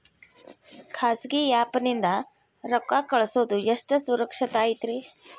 ಖಾಸಗಿ ಆ್ಯಪ್ ನಿಂದ ರೊಕ್ಕ ಕಳ್ಸೋದು ಎಷ್ಟ ಸುರಕ್ಷತಾ ಐತ್ರಿ?